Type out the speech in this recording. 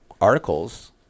articles